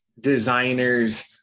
designers